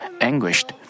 anguished